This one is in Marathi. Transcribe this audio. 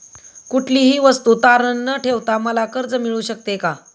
कुठलीही वस्तू तारण न ठेवता मला कर्ज मिळू शकते का?